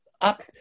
up